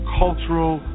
cultural